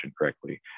correctly